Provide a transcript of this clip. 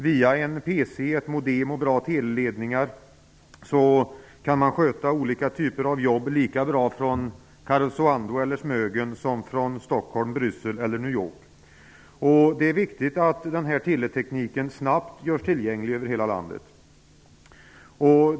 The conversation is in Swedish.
Via en PC, modem och bra teleledningar kan man sköta olika typer av jobb lika bra från Karesuando eller Smögen som från Stockholm, Bryssel eller New York. Det är viktigt att denna teleteknik snabbt görs tillgänglig över hela landet.